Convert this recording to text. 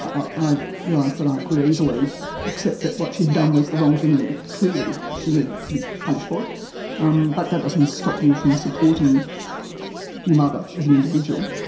ah i realise that i could easily accept that what she had done was the wrong thing and clearly she needed to be punished for it, um but that doesn't stop you from supporting your mother as an individual.